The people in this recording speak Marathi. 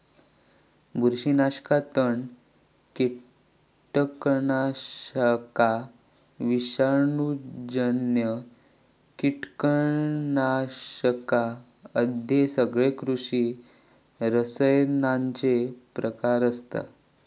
बुरशीनाशका, तण, कीटकनाशका, विषाणूजन्य कीटकनाशका अश्ये सगळे कृषी रसायनांचे प्रकार आसत